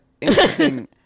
interesting